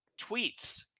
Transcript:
tweets